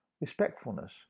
Respectfulness